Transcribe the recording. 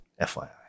FYI